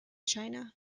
china